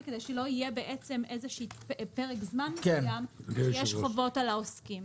כדי שלא יהיה איזשהו פרק זמן שבו יש חובות על העוסקים.